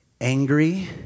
angry